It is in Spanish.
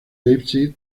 leipzig